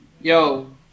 Yo